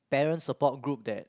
parents support group that